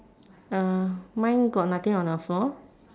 uh mine got nothing on the floor